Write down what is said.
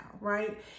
right